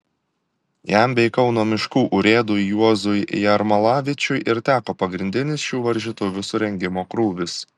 jam bei kauno miškų urėdui juozui jermalavičiui ir teko pagrindinis šių varžytuvių surengimo krūvis